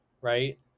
right